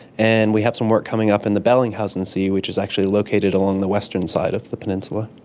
and we have some work coming up in the bellingshausen sea which is actually located along the western side of the peninsula.